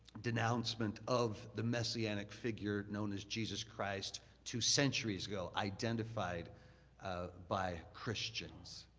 denouncement of the messianic figure known as jesus christ to centuries ago identified by christians.